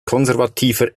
konservativer